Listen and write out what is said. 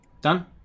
Done